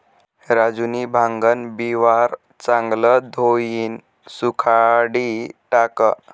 राजूनी भांगन बिवारं चांगलं धोयीन सुखाडी टाकं